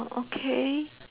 orh okay